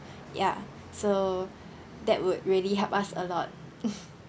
ya so that would really help us a lot